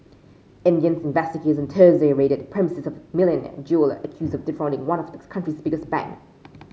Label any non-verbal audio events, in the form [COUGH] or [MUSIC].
Indian investigators Thursday raided premises of a [UNINTELLIGIBLE] jeweller accused of defrauding one of the country's biggest bank